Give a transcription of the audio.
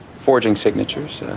forging signatures, yeah